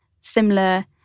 similar